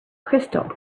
crystal